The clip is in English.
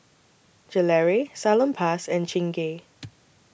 Gelare Salonpas and Chingay